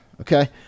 Okay